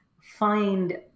find